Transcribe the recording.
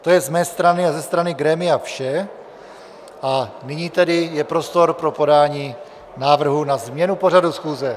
To je z mé strany a ze strany grémia vše, a nyní tedy je prostor pro podání návrhů na změnu pořadu schůze.